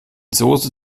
soße